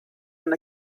and